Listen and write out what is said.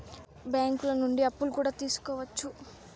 బ్యాంకులు నుండి అప్పులు కూడా తీసుకోవచ్చు